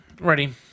Ready